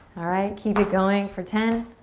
alright, keep it going for ten.